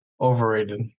Overrated